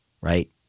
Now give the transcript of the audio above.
right